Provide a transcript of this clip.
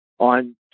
On